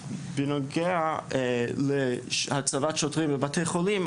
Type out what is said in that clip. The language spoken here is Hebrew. בנוגע להצבת שוטרים בבתי חולים,